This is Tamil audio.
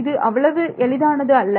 இது அவ்வளவு எளிதானது அல்ல